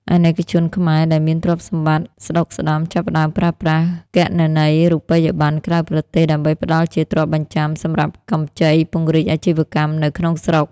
អាណិកជនខ្មែរដែលមានទ្រព្យសម្បត្តិស្ដុកស្តម្ភ ចាប់ផ្ដើមប្រើប្រាស់ "គណនីរូបិយប័ណ្ណក្រៅប្រទេស" ដើម្បីផ្ដល់ជាទ្រព្យបញ្ចាំសម្រាប់កម្ចីពង្រីកអាជីវកម្មនៅក្នុងស្រុក។